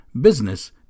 business